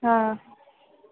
हा